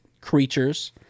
creatures